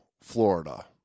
Florida